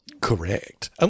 Correct